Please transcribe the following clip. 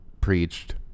preached